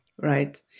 Right